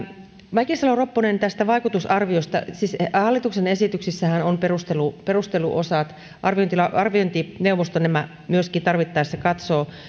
mäkisalo ropponen vaikutusarviosta siis hallituksen esityksissähän on perusteluosat arviointineuvosto nämä myöskin tarvittaessa katsoo